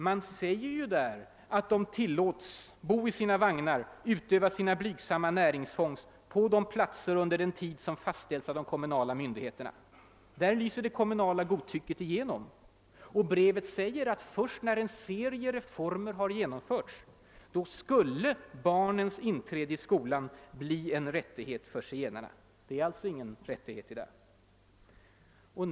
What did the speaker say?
Det säges ju där att zigenarna »tillåts bo i sina vagnar och utöva sina blygsamma näringsfång på de platser och under den tid som fastställs av de kommunala myndigheterna». Där lyser det kommu nala godtycket igenom. Vidare »skulle barnens inträde i skolan bli en rättighet» för zigenarna först när en serie reformer genomförts. Det är alltså ingen rättighet i dag.